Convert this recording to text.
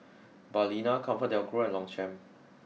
Balina ComfortDelGro and Longchamp